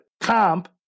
comp